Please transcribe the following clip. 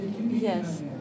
Yes